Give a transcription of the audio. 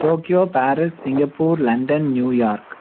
Tokyo Paris Singapore London New York